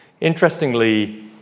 Interestingly